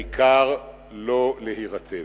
העיקר לא להירטב".